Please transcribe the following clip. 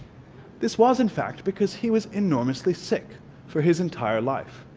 this was in fact because he was enormously sick for his entire life.